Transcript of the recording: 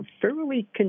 fairly